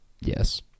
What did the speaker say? Yes